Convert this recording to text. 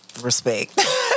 respect